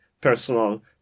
personal